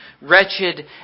wretched